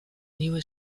nieuwe